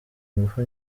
ingufu